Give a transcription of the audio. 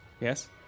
Yes